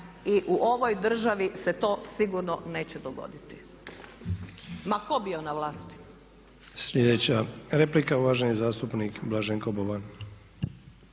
i u ovoj državi se to sigurno neće dogoditi ma tko bio na vlasti.